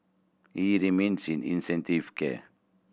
he remains in intensive care